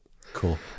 Cool